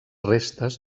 restes